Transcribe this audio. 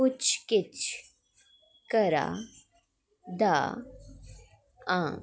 पुच्छ गिच्छ करा दा आं